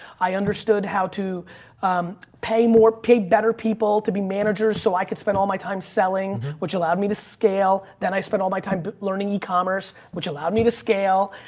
i understood how to pay more, pay better people to be managers so i could spend all my time selling, which allowed me to scale. then i spent all my time learning e-commerce, which allowed me to scale.